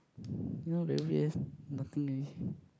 no very weird eh nothing already